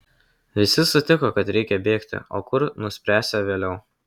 visi sutiko kad reikia bėgti o kur nuspręsią vėliau